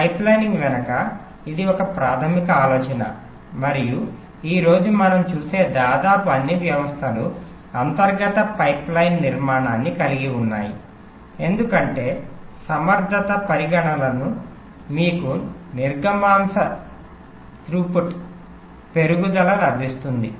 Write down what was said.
pipelining వెనుక ఇది ఒక ప్రాథమిక ఆలోచన మరియు ఈ రోజు మనం చూసే దాదాపు అన్ని వ్యవస్థలు అంతర్గత పైప్లైన్ నిర్మాణాన్ని కలిగి ఉన్నాయి ఎందుకంటే సమర్థత పరిగణనలు మీకు నిర్గమాంశ పెరుగుదల లభిస్తుంది